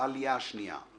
העלייה השנייה //